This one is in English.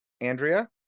Andrea